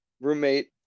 roommate